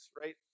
right